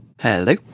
Hello